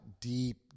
deep